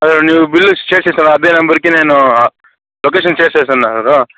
నువ్వు bill share చేశావు అదే నెంబర్కి నేను లొకేషన్ షేర్ చేశాను కదా